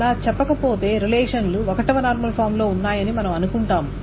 అలా చెప్పకపోతే రిలేషన్లు 1 వ నార్మల్ ఫామ్లో ఉన్నాయని మనం అనుకుంటాము